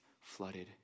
flooded